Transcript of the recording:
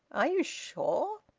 are you sure?